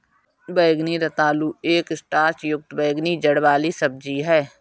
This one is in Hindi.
बैंगनी रतालू एक स्टार्च युक्त बैंगनी जड़ वाली सब्जी है